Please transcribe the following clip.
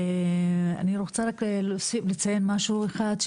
אני רוצה רק לציין משהו אחד.